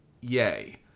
yay